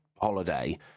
holiday